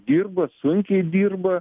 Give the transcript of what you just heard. dirba sunkiai dirba